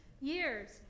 years